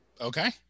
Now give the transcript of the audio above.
Okay